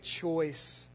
choice